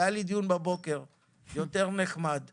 בבוקר היה דיון נחמד יותר,